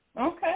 Okay